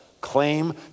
claim